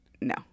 No